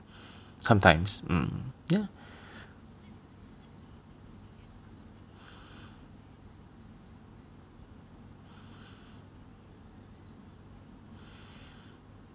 sometimes mm yeah